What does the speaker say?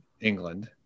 England